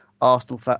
Arsenal